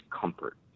comfort